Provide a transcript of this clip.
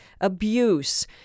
abuse